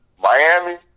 Miami